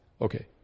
Okay